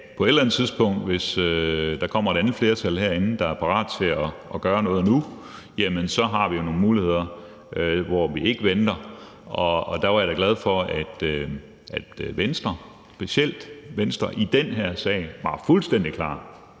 På et eller andet tidspunkt, hvis der kommer et andet flertal herinde, der er parat til at gøre noget nu, har vi jo nogle muligheder, hvor vi ikke venter, og der var jeg da glad for, at Venstre, specielt Venstre, i den her sag var fuldstændig klar,